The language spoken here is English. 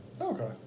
Okay